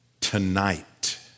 tonight